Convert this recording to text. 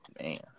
Man